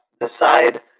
decide